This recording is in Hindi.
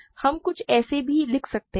हम कुछ ऐसा भी लिख सकते हैं